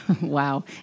wow